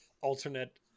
alternate